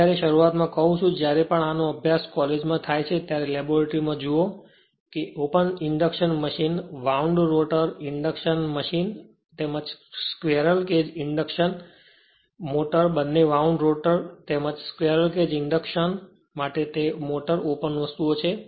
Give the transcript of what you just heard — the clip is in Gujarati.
હું જ્યારે શરૂઆતમાં કહું છું કે જ્યારે પણ આનો અભ્યાસ કોલેજ માં થાય ત્યારે લેબોરેટરી માં જુઓ કે એક open induction machine wound rotor induction machine તેમજ સ્ક્વેરલ કેજ ઇન્ડક્શન મોટર બંને વાઉંડ રોટર તેમજ સ્ક્વેરલ કેજ ઇન્ડક્શન મોટર તે ઓપન વસ્તુઓ છે